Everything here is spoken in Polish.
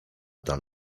tam